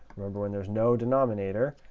remember, when there's no denominator,